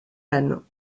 ânes